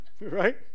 Right